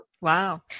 Wow